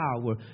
power